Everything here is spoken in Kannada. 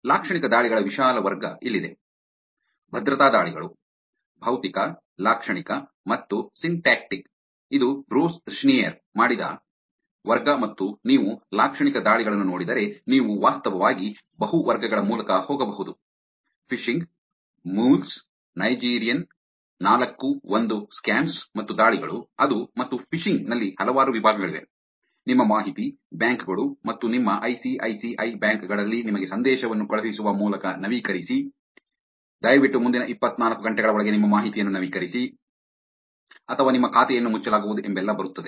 ಲಾಕ್ಷಣಿಕ ದಾಳಿಗಳ ವಿಶಾಲ ವರ್ಗ ಇಲ್ಲಿದೆ ಭದ್ರತಾ ದಾಳಿಗಳು ಭೌತಿಕ ಲಾಕ್ಷಣಿಕ ಮತ್ತು ಸಿಂಟ್ಯಾಕ್ಟಿಕ್ ಇದು ಬ್ರೂಸ್ ಷ್ನೇಯರ್ ಮಾಡಿದ ವರ್ಗ ಮತ್ತು ನೀವು ಲಾಕ್ಷಣಿಕ ದಾಳಿಗಳನ್ನು ನೋಡಿದರೆ ನೀವು ವಾಸ್ತವವಾಗಿ ಬಹು ವರ್ಗಗಳ ಮೂಲಕ ಹೋಗಬಹುದು ಫಿಶಿಂಗ್ ಮುಲ್ಸ್ ನೈಜೀರಿಯನ್ ೪ ೧ ಸ್ಕ್ಯಾಮ್ಸ್ ಮತ್ತು ದಾಳಿಗಳು ಅದು ಮತ್ತು ಫಿಶಿಂಗ್ ನಲ್ಲಿ ಹಲವಾರು ವಿಭಾಗಗಳಿವೆ ನಿಮ್ಮ ಮಾಹಿತಿ ಬ್ಯಾಂಕ್ ಗಳು ಮತ್ತು ನಿಮ್ಮ ಐಸಿಐಸಿಐ ಬ್ಯಾಂಕ್ ಗಳಲ್ಲಿ ನಿಮಗೆ ಸಂದೇಶವನ್ನು ಕಳುಹಿಸುವ ಮೂಲಕ ನವೀಕರಿಸಿ ದಯವಿಟ್ಟು ಮುಂದಿನ ಇಪ್ಪತ್ತನಾಲ್ಕು ಗಂಟೆಗಳ ಒಳಗೆ ನಿಮ್ಮ ಮಾಹಿತಿಯನ್ನು ನವೀಕರಿಸಿ ಅಥವಾ ನಿಮ್ಮ ಖಾತೆಯನ್ನು ಮುಚ್ಚಲಾಗುವುದು ಎಂಬೆಲ್ಲ ಬರುತ್ತದೆ